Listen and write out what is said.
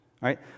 right